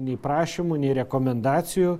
nei prašymų nei rekomendacijų